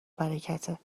برکته